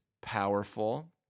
powerful